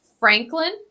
Franklin